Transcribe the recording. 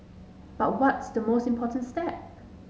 but what's the most important step